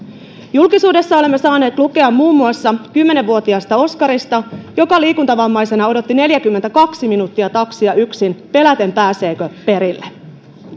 julkisuudessa olemme saaneet lukea muun muassa kymmenen vuotiaasta oskarista joka liikuntavammaisena odotti neljäkymmentäkaksi minuuttia taksia yksin peläten pääseekö perille